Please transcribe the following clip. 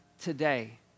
today